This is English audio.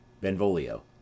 Benvolio